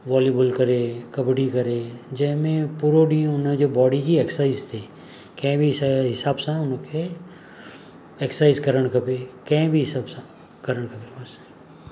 volleyball करे कॿड्डी करे जंहिं में पूरो ॾींहुं हुनजो बॉडी जी एक्ससाइस थिए कंहिं बि शइ हिसाब सां हुनखे ऐक्ससाइस करणु खपे कंहिं बि हिसाब सां करणु खपे बसि